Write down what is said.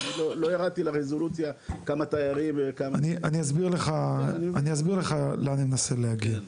לא ירדתי לרזולוציה כמה תיירים --- אני אסביר לך לאן אני מנסה להגיע.